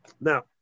Now